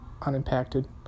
unimpacted